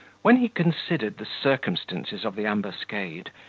when he considered the circumstances of the ambuscade,